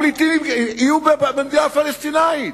הפליטים יהיו במדינה פלסטינית.